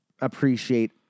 appreciate